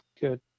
good